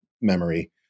memory